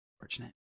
fortunate